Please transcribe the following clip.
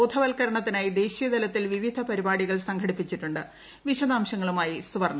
ബോധവൽക്കരണത്തിനായി ദേശീയ തലത്തിൽ വിവിധ പരിപാടികൾ സംഘടിപ്പിച്ചിട്ടു്